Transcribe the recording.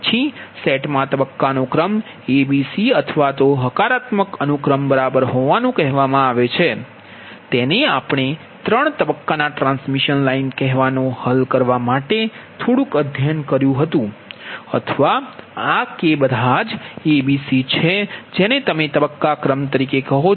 પછી સેટમાં તબક્કા નો ક્ર્મ a b c અથવા હકારાત્મક અનુક્રમ બરાબર હોવાનું કહેવામાં આવે છે તેને આપણે 3 તબક્કાના ટ્રાન્સમિશન લાઇન કહેવાને હલ કરવા માટે થોડુંક અધ્યયન કર્યું છે અથવા આ કે બધા જ a b c છે જેને તમે તબક્કા ક્રમ તરીકે કહો છો